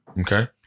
okay